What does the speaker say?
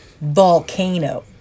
Volcano